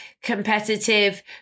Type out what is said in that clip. competitive